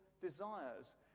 desires